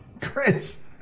Chris